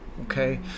okay